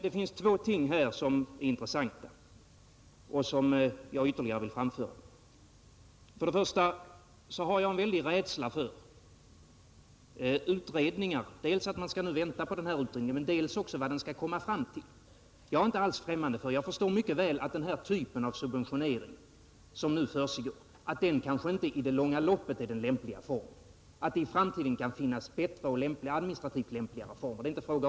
Det är emellertid två ting som är intressanta och som jag ytterligare vill framföra. Först och främst har jag en stor rädsla för utredningar. Det beror dels på att man skall vänta på en sådan, dels på det resultat som kan komma fram. Jag förstår mycket väl att den form av subventionering som nu försiggår i det långa loppet kanske inte är den lämpliga formen. Det är inte fråga om att det inte i framtiden kan finnas bättre och administrativt lämpligare former.